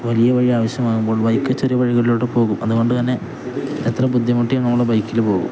വലിയ വഴി ആവശ്യമാവുമ്പോൾ ബൈക്ക് ചെറിയ വഴികളിലൂടെ പോകും അതുകൊണ്ടുതന്നെ എത്ര ബുദ്ധിമുട്ടിയും നമ്മുടെ ബൈക്കില് പോകും